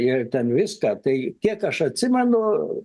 ir ten viską tai kiek aš atsimenu